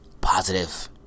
positive